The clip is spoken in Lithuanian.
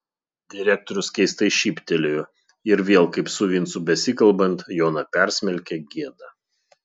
direktorius keistai šyptelėjo ir vėl kaip su vincu besikalbant joną persmelkė gėda